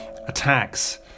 attacks